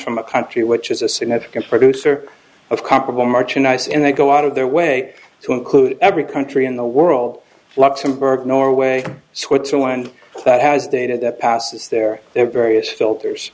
from a country which is a significant producer of comparable march and ice in they go out of their way to include every country in the world luxembourg norway switzerland that has data that passes their their various filters